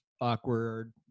awkward